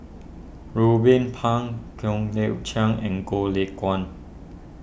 Ruben Pang Kian Yeo Chai and Goh Lay Kuan